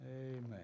Amen